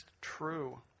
true